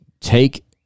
Take